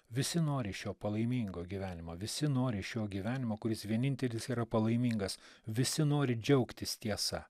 visi nori šio palaimingo gyvenimo visi nori šio gyvenimo kuris vienintelis yra palaimingas visi nori džiaugtis tiesa